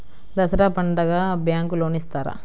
దసరా పండుగ bank loan ఇస్తారా?